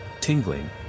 tingling